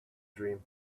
dream